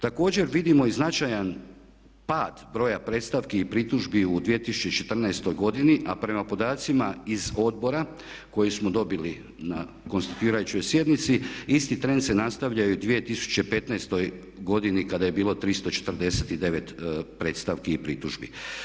Također, vidimo i značajan pad broja predstavki i pritužbi u 2014. godini, a prema podacima iz odbora koje smo dobili na konstituirajućoj sjednici isti trend se nastavlja i u 2015. godini kada je bilo 349 predstavki i pritužbi.